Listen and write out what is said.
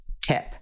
tip